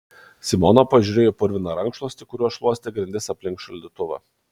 simona pažiūrėjo į purviną rankšluostį kuriuo šluostė grindis aplink šaldytuvą